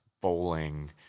bowling